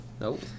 Nope